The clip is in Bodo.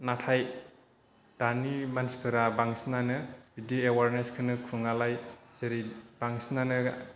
नाथाय दानि मानसिफोरा बांसिनआनो बिदि एवारनेसखौनो खुङालाइ जेरै बांसिनानो